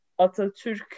Atatürk